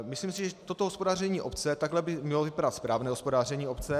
Myslím si, že toto hospodaření obce, takhle by mělo vypadat správné hospodaření obce.